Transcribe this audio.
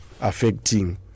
affecting